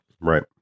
right